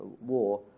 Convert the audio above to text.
war